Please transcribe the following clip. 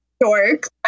Dork